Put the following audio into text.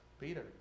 Peter